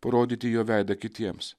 parodyti jo veidą kitiems